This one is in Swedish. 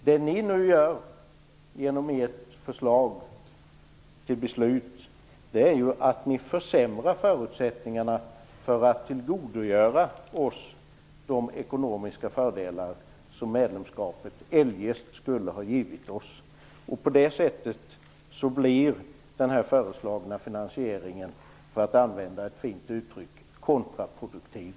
Det ni nu gör genom ert förslag till beslut är att ni försämrar förutsättningarna för att vi skall kunna tillgodogöra oss de ekonomiska fördelar som medlemskapet eljest skulle ha givit oss. På det sättet blir den föreslagna finansieringen för att använda ett fint uttryck kontraproduktiv.